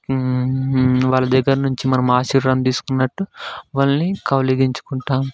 వాళ్ళ దగ్గర నుంచి మనం ఆశీర్వాదం తీసుకున్నట్టు వాళ్ళని కౌగిలించుకుంటాం